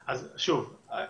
שוב,